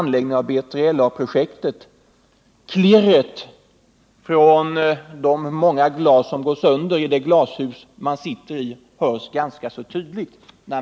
När man har läst den skriften hörs klirret från det myckna glas som gått sönder i det glashus socialdemokraterna sitter i ganska så tydligt.